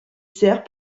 sert